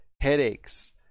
headaches